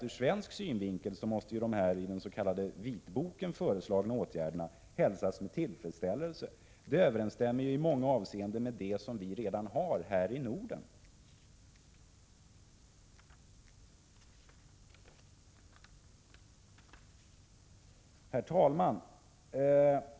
Ur svensk synvinkel måste de i den s.k. vitboken föreslagna åtgärderna hälsas med tillfredsställelse. De överensstämmer i många avseenden med de förhållanden som vi redan har här i Norden. Herr talman!